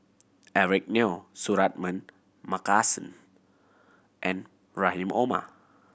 Eric Neo Suratman Markasan and Rahim Omar